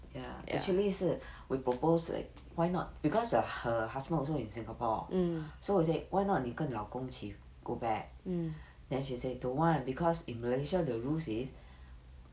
ya actually 是 we propose like why not because her husband also in singapore so we say why not 你跟老公一起 go back then she say don't want because in malaysia the rules is